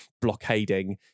blockading